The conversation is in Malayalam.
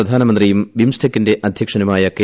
നേപ്പാൾ പ്രധാനമന്ത്രിയും ബിംസ്റ്റെക്കിന്റെ അധ്യക്ഷനുമായ കെ